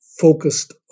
focused